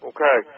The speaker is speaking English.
Okay